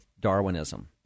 Darwinism